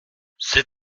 c’est